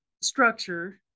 structure